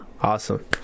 Awesome